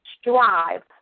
strive